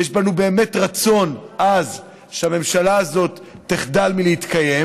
ויש בנו באמת רצון עז שהממשלה הזאת תחדל מלהתקיים,